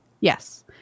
Yes